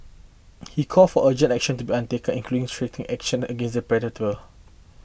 he called for urgent action to be undertaken including stricter action against the perpetrator